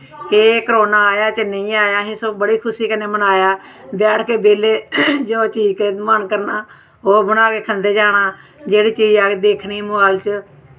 ते कोरोना आया जां नेईं आया सगुआं असें बड़ी खुशी कन्नै मनाया बैठ के बेह्ले जो चीज मन करना ओह् बनाई खंदे जाना जेह्ड़ी चीज दिक्खनी मोबाईल